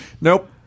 Nope